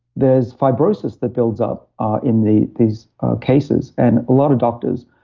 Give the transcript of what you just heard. there's fibrosis that builds up ah in the these cases and a lot of doctors,